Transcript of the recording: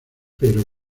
pero